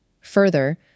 Further